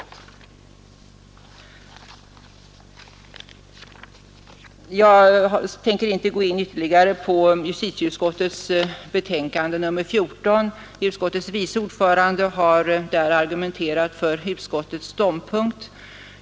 Jag tänker inte gå in ytterligare på justitieutskottets betänkande nr 14. Utskottets vice ordförande har argumenterat för utskottets ståndpunkt.